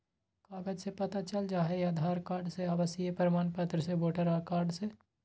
कागज से पता चल जाहई, आधार कार्ड से, आवासीय प्रमाण पत्र से, वोटर कार्ड से?